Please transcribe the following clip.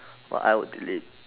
what I would delete